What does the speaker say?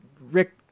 Rick